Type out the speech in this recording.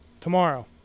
Tomorrow